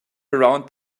around